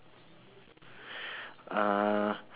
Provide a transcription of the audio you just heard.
uh